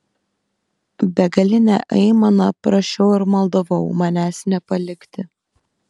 begaline aimana prašiau ir maldavau manęs nepalikti